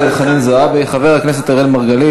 חבר הכנסת לוין,